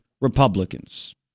Republicans